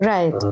Right